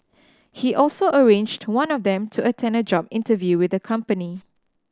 he also arranged one of them to attend a job interview with the company